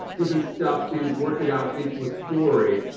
different stuff and work it out into a story.